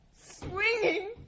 Swinging